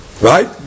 Right